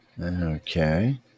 Okay